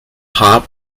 pop